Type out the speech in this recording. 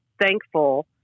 thankful